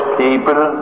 people